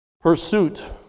pursuit